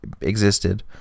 existed